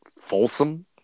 Folsom